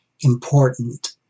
important